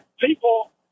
people